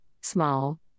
small